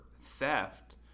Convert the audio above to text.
theft